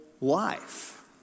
life